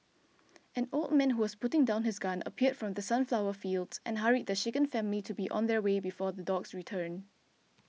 an old man who was putting down his gun appeared from the sunflower fields and hurried the shaken family to be on their way before the dogs return